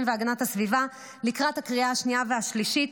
והגנת הסביבה לקראת הקריאה השנייה והשלישית,